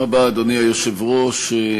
אדוני היושב-ראש,